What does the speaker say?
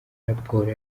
raporo